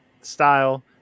Style